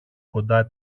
κοντά